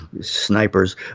snipers